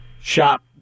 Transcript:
shop